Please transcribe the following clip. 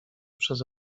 przez